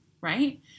right